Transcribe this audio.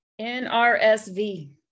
NRSV